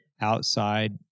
outside